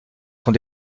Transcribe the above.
sont